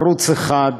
ערוץ 1,